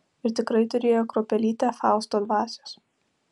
ir tikrai turėjo kruopelytę fausto dvasios